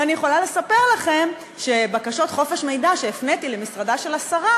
אני יכולה לספר לכם שבקשות לפי חוק חופש מידע שהפניתי למשרדה של השרה